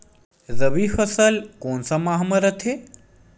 रबी फसल कोन सा माह म रथे?